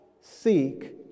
seek